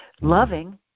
Loving